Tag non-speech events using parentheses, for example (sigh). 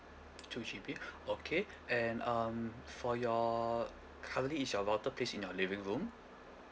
two G_B (breath) okay and um for your currently is your router place in your living room